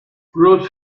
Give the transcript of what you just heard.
routes